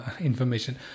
information